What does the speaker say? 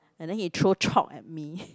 and then he throw chalk at me